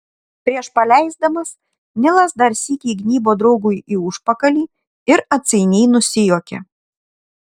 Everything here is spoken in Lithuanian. prieš paleisdamas nilas dar sykį įgnybo draugui į užpakalį ir atsainiai nusijuokė